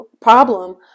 problem